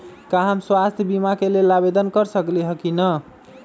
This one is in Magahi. का हम स्वास्थ्य बीमा के लेल आवेदन कर सकली ह की न?